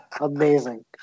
Amazing